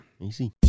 Easy